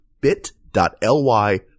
bit.ly